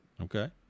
Okay